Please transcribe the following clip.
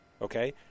Okay